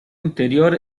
interior